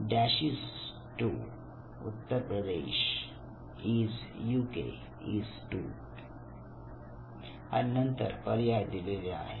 'dash is to Uttar Pradesh as U K is to' आणि नंतर पर्याय दिलेले आहे